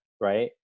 right